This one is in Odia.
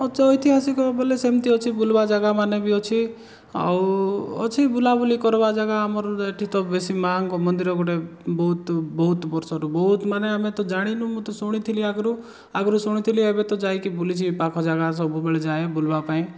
ସେ ଐତିହାସିକ ବୋଲେ ସେମିତି ଅଛି ବୁଲ୍ବା ଜାଗା ମାନେ ବି ଅଛି ଆଉ ଅଛି ବୁଲାବୁଲି କର୍ବା ଜାଗା ଆମର ତ ଏଠି ତ ବେଶି ମାଆଙ୍କ ମନ୍ଦିର ଗୋଟେ ବହୁତ ବହୁତ ବର୍ଷରୁ ବହୁତ ମାନେ ଆମେ ତ ଜାଣିନୁ ମୁଁ ତ ଶୁଣିଥିଲି ଆଗରୁ ଆଗରୁ ଶୁଣିଥିଲି ଏବେ ତ ଯାଇକି ବୁଲିଛି ଏ ପାଖ ଜାଗା ସବୁବେଳେ ଯାଏ ବୁଲ୍ବା ପାଇଁ